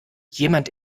jemand